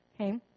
Okay